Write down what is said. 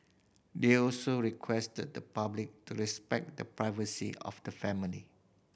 they also requested the public to respect the privacy of the family